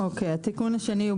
התיקון השני,